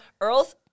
Earl's